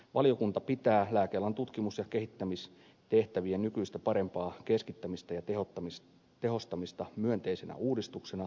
valiokunta pitää lääkealan tutkimus ja kehittämistehtävien nykyistä parempaa keskittämistä ja tehostamista myönteisenä uudistuksena